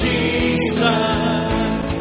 Jesus